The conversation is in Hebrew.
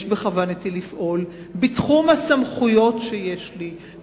יש בכוונתי לפעול בתחום הסמכויות שיש לי,